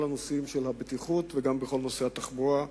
הנושאים של הבטיחות וגם בכל נושא התחבורה,